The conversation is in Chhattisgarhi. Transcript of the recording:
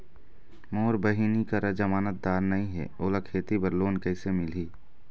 मोर बहिनी करा जमानतदार नई हे, ओला खेती बर लोन कइसे मिलही?